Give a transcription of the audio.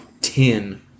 ten